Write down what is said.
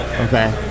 Okay